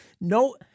No